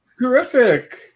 terrific